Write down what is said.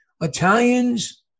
Italians